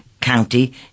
county